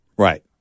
Right